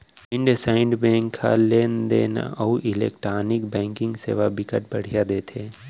IndusInd bank ह लेन देन अउ इलेक्टानिक बैंकिंग सेवा बिकट बड़िहा देथे